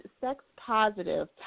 sex-positive